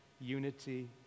unity